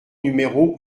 numéro